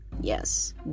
Yes